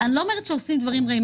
לא אומרת שעושים דברים רעים,